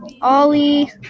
Ollie